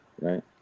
Right